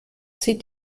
zieht